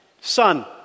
son